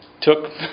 took